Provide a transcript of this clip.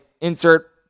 insert